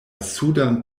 sudan